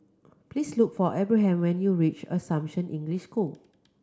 please look for Abraham when you reach Assumption English School